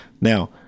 Now